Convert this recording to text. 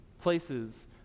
places